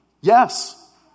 Yes